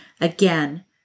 again